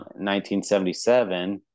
1977